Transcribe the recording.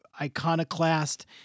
iconoclast